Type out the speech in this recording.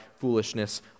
foolishness